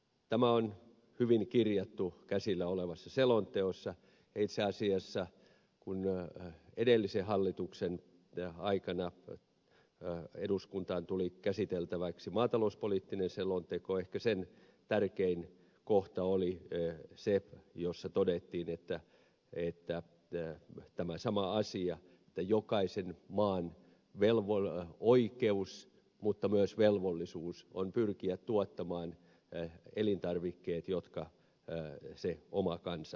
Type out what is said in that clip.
tämä on hyvin kirjattu käsillä olevassa selonteossa ja itse asiassa kun edellisen hallituksen aikana eduskuntaan tuli käsiteltäväksi maatalouspoliittinen selonteko ehkä sen tärkein kohta oli se että todettiin tämä sama asia että jokaisen maan oikeus mutta myös velvollisuus on pyrkiä tuottamaan elintarvikkeet jotka oma kansa tarvitsee